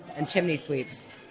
and chimney sweeps.